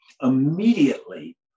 immediately